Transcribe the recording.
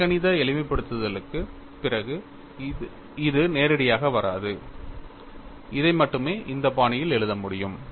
இயற்கணித எளிமைப்படுத்தலுக்குப் பிறகு இது நேரடியாக வராது இதை மட்டுமே இந்த பாணியில் எழுத முடியும்